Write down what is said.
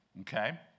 Okay